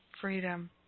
freedom